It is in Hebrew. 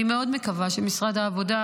אני מקווה מאוד שמשרד העבודה,